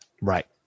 Right